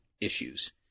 issues